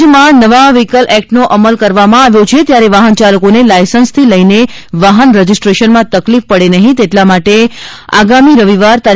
રાજ્યમાં નવા વ્હીકલ એક્ટનો અમલ કરવામાં આવ્યો છે ત્યારે વાહનચાલકોને લાઈસન્સથી લઈને વાહન રજિસ્ટ્રેશનમાં તકલીફ પડે નહીં તેટલા માટે આગામી રવિવાર તા